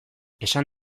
esan